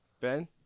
Ben